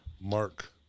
Mark